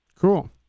Cool